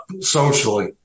socially